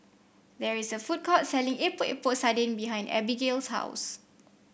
there is a food court selling Epok Epok Sardin behind Abigale's house